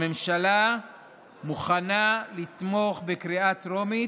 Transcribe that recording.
הממשלה מוכנה לתמוך בקריאה טרומית,